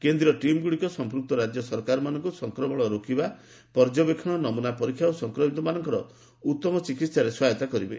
କେନ୍ଦ୍ରୀୟ ଟିମ୍ ଗୁଡ଼ିକ ସଂପୃକ୍ତ ରାଜ୍ୟସରକାରମାନଙ୍କୁ ସଂକ୍ରମଣ ରୋକିବା ପର୍ଯ୍ୟବେକ୍ଷଣ ନମୁନା ପରୀକ୍ଷା ଓ ସଂକ୍ରମିତମାନଙ୍କର ଉତ୍ତମ ଚିକିତ୍ସାରେ ସହାୟତା କରିବେ